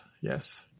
Yes